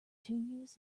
petunias